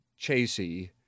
Chasey